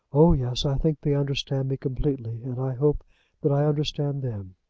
oh, yes. i think they understand me completely, and i hope that i understand them.